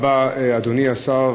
תודה רבה, אדוני השר.